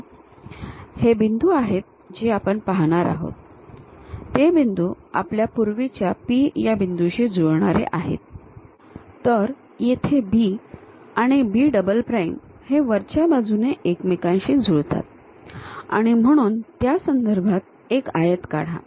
तर हे बिंदू आहेत जे आपण पाहणार आहोत ते बिंदू आपल्या पूर्वीच्या P या बिंदूशी जुळणारे आहेत तर येथे B आणि B डबल प्राइम हे वरच्या बाजूने एकमेकांशी जुळतात आणि म्हणून त्या संदर्भात एक आयत काढा